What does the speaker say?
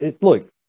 Look